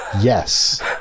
Yes